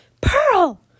Pearl